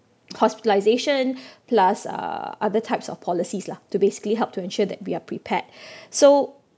hospitalisation plus uh other types of policies lah to basically help to ensure that we are prepared so